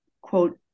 quote